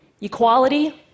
equality